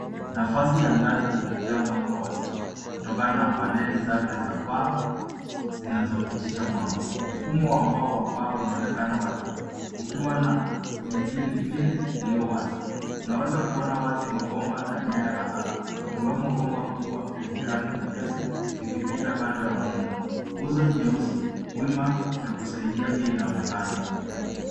Nafasi ya ndani iliyojaa mwanga wa asili. Kutokana na paneli zake za paa, zinazopitisha mwanga. Mfumo wa mbao wa paa unaonekana wazi, ukiwa na mihimili iliyo wazi. Unaweza kuona wazi mabomba na nyaya kadhaa, ikiwemo bomba kubwa lenye rangi nyepesi, likipita kando ya muundo. Nguzo nyeusi, wima ya kusaidia pia inaonekana.